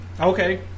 okay